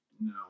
No